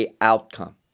outcome